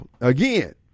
again